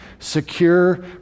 secure